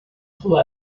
pull